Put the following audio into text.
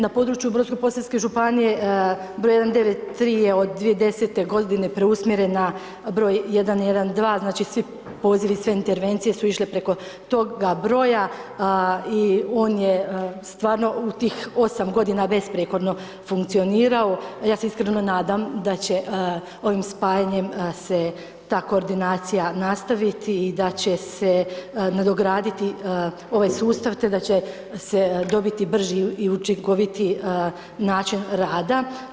Na području Brodsko posavske županije broj 193 je od 10 g. preusmjerena broj 112 znači svi pozivi, sve intervencije su išle preko toga broja i on je stvarno u tih 8 g. besprijekorno funkcionirao, a ja se iskreno nadam, da će ovim spajanjem, se ta koordinacija nastaviti i da će se nadograditi ovaj sustav, te da će se dobiti brži i učinkovitiji način rada.